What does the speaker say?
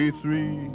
three